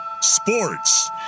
Sports